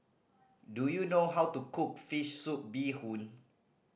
do you know how to cook fish soup bee hoon